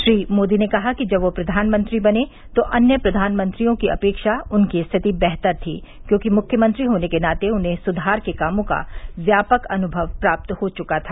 श्री मोदी ने कहा कि जब वे प्रधानमंत्री बने तो अन्य प्रधानमंत्रियों की अपेक्षा उनकी स्थिति बेहतर थी क्योंकि मुख्यमंत्री होने के नाते उन्हें सुधार के कामों का व्यापक अनुभव प्राप्त हो चुका था